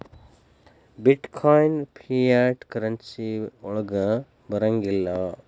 ಬಿಟ್ coin fiat currency ವಳಗ್ ಬರಂಗಿಲ್ಲಾ